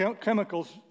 chemicals